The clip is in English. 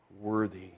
worthy